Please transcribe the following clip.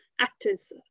actors